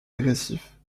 agressifs